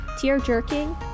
tear-jerking